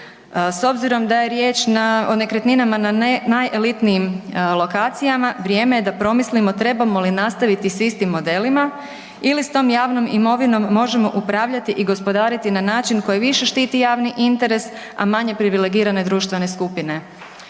S obzirom da je riječ o nekretninama na najelitnijim lokacijama, vrijeme je da promislimo trebalo mi nastaviti s istim modelima ili s tom javnom imovinom možemo upravljati i gospodariti na način više štiti javni interes a manje privilegirane društvene skupine.